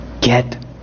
Get